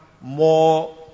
more